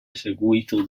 eseguito